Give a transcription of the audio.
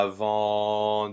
Avant